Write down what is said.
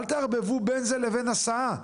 אל תערבבו בין זה לבין הסעה,